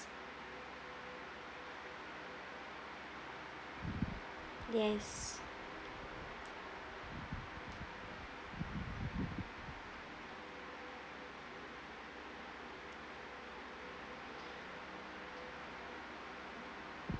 yes